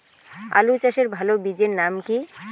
আলু চাষের ভালো বীজের নাম কি?